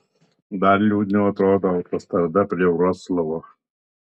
dar liūdniau atrodo autostrada prie vroclavo